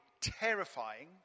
terrifying